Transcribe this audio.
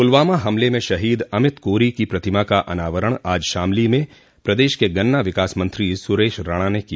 पुलवामा हमले में शहीद अमित कोरी की प्रतिमा का अनावरण आज शामली में प्रदेश के गन्ना विकास मंत्री सुरेश राणा ने किया